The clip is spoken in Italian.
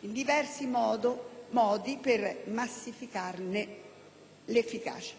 in diversi modi per massimizzarne l'efficacia.